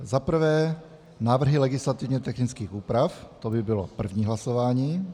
1. Návrhy legislativně technických úprav, to by bylo první hlasování.